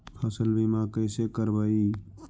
फसल बीमा कैसे करबइ?